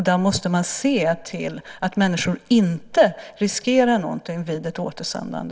Där måste man se till att människor inte riskerar någonting vid ett återsändande.